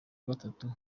gatatu